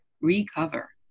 recover